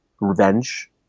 revenge